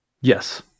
Yes